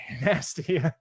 nasty